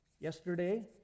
yesterday